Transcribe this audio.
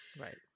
Right